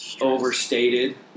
overstated